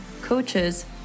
coaches